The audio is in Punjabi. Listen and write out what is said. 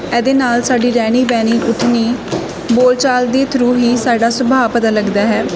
ਇਹਦੇ ਨਾਲ ਸਾਡੀ ਰਹਿਣੀ ਬਹਿਣੀ ਉੱਠਣੀ ਬੋਲਚਾਲ ਦੇ ਥਰੂ ਹੀ ਸਾਡਾ ਸੁਭਾਅ ਪਤਾ ਲੱਗਦਾ ਹੈ